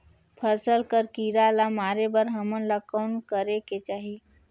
फसल कर कीरा ला मारे बर हमन ला कौन करेके चाही?